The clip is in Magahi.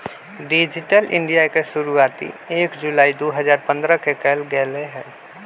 डिजिटल इन्डिया के शुरुआती एक जुलाई दु हजार पन्द्रह के कइल गैले हलय